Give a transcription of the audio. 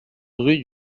rue